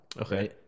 Okay